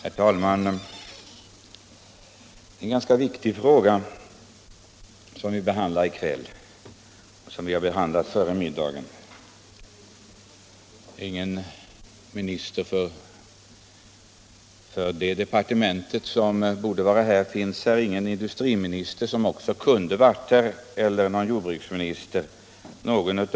Herr talman! Det är ganska viktiga frågor som vi diskuterar i kväll och som vi diskuterat även före middagen. Den departementschef som borde vara här finns inte här och inte heller industriministern eller jordbruksministern.